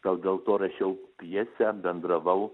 gal dėl to rašiau pjesę bendravau